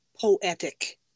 poetic